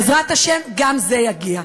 בעזרת השם, גם זה יגיע.